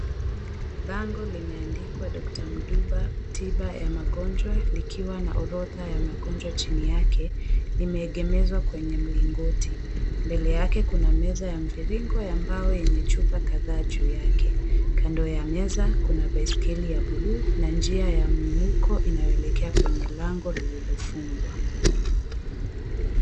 Bango limeandikwa "DR MDUBA" tiba ya magonjwa likiwa na orodha ya magonjwa chini yake. Limeegemezwa kwenye mlingoti, mbele yake kuna meza mviringo ya mbao yenye chupa kadhaa juu yake, Kando ya meza kuna baiskeli ya buluu na njia ya muinuko inayoelekea kwenye lango lililofungwa.